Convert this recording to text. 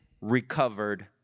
recovered